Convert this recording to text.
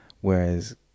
whereas